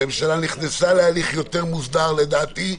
הממשלה נכנסה להליך יותר מוסדר, לדעתי,